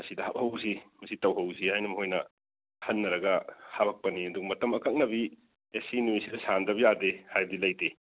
ꯑꯁꯤꯗ ꯍꯥꯞꯍꯧꯁꯤ ꯁꯤ ꯇꯧꯍꯧꯁꯤ ꯍꯥꯏꯅ ꯃꯈꯣꯏꯅ ꯈꯟꯅꯔꯒ ꯍꯥꯞꯂꯛꯄꯅꯤ ꯑꯗꯨ ꯃꯇꯝ ꯑꯀꯛꯅꯕꯤ ꯑꯦ ꯁꯤ ꯅꯨꯃꯤꯠꯁꯤꯗ ꯁꯥꯟꯅꯗꯕ ꯌꯥꯗꯔꯦ ꯍꯥꯏꯕꯗꯤ ꯂꯩꯇꯦ